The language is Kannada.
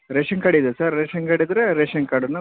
ರೇಷನ್ ಕಾರ್ಡ್ ಇದೆ ಸರ್ ರೇಷನ್ ಕಾರ್ಡ್ ಇದ್ದರೆ ರೇಷನ್ ಕಾರ್ಡನ್ನು